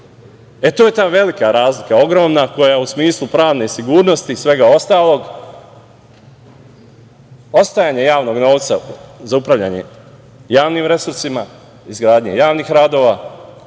je ta velika razlika, ogromna koja u smislu pravne sigurnosti i svega ostalog, ostajanje javnog novca za upravljanje javnim resursima, izgradnje javnih radova,